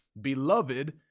Beloved